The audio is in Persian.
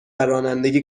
رانندگی